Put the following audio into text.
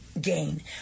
gain